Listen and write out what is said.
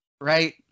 right